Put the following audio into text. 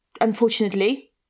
unfortunately